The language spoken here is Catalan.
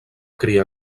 cria